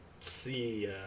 see